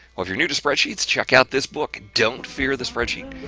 well, if you're new to spreadsheets, check out this book don't fear the spreadsheet.